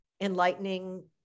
enlightening